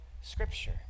scripture